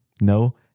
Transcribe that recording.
no